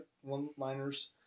one-liners